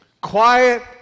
Quiet